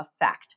effect